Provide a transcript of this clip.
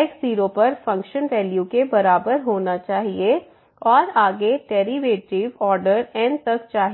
x0 पर function value के बराबर होना चाहिए और आगे डेरिवेटिव ऑर्डर n तक चाहिए